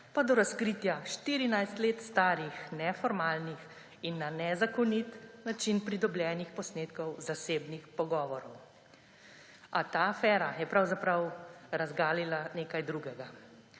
pa do razkritja 14 let starih neformalnih in na nezakonit način pridobljenih posnetkov zasebnih pogovorov. A ta afera je pravzaprav razgalila nekaj drugega.